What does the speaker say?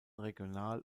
regional